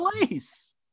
place